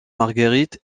marguerite